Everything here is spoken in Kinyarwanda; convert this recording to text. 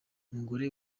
umugore